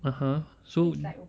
(uh huh) so